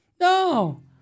No